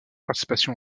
participation